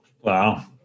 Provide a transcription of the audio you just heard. Wow